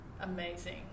Amazing